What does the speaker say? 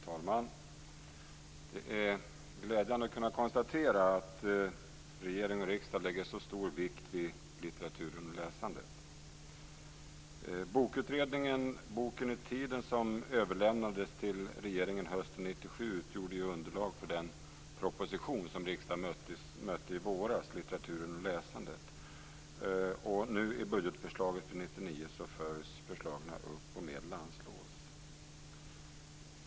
Fru talman! Det är glädjande att kunna konstatera att regering och riksdag lägger så stor vikt vid litteraturen och läsandet. Bokutredningen Boken i tiden som överlämnades till regeringen hösten 1997 utgjorde underlag för den proposition som riksdagen behandlade i våras Litteraturen och läsandet. Nu i budgetförslaget för 1999 följs förslagen upp och medel anslås.